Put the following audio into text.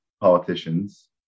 politicians